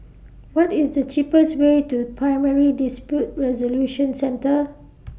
What IS The cheapest Way to Primary Dispute Resolution Centre